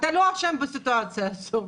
אתה לא אשם בסיטואציה הזו,